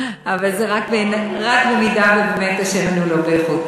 אבל זה רק במידה שהשמן באמת הוא לא באיכות.